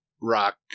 Rock